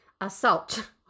assault